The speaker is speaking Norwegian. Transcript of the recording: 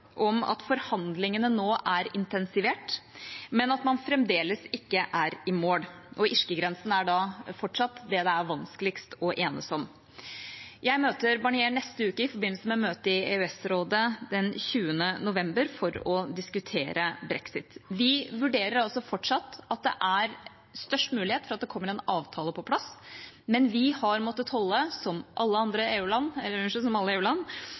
om at forhandlingene nå er intensivert, men at man fremdeles ikke er i mål. Irskegrensen er fortsatt det det er vanskeligst å enes om. Jeg møter Barnier neste uke i forbindelse med møtet i EØS-rådet den 20. november for å diskutere brexit. Vi vurderer fortsatt at det er størst mulighet for at det kommer en avtale på plass, men vi har måttet holde, som alle